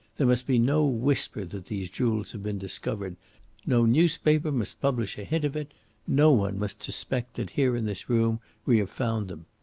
there must be no whisper that these jewels have been discovered no newspaper must publish a hint of it no one must suspect that here in this room we have found them.